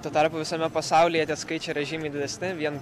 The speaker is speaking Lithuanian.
tuo tarpu visame pasaulyje tie skaičiai yra žymiai didesni vien